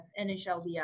NHLBI